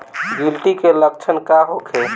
गिलटी के लक्षण का होखे?